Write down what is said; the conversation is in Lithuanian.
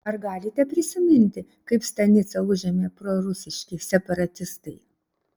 ar galite prisiminti kaip stanicą užėmė prorusiški separatistai